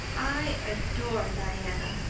i adore diana.